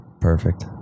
perfect